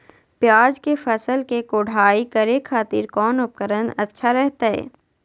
प्याज के फसल के कोढ़ाई करे खातिर कौन उपकरण अच्छा रहतय?